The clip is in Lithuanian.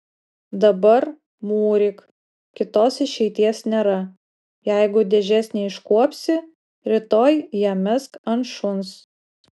dabar mūryk kitos išeities nėra jeigu dėžės neiškuopsi rytoj ją mesk ant šuns